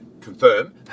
confirm